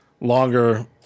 longer